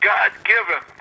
God-given